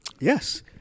yes